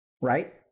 right